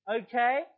Okay